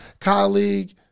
colleague